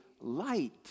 light